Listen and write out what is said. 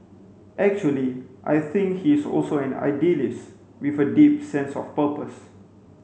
actually I think he is also an idealist with a deep sense of purpose